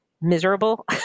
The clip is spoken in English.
miserable